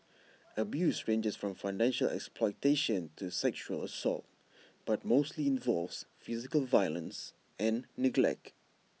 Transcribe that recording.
abuse ranges from financial exploitation to sexual assault but mostly involves physical violence and neglect